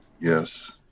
Yes